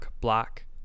Black